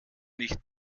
nicht